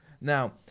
Now